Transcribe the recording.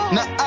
Now